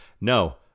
no